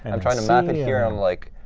and i'm trying to map it here. i'm like,